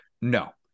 No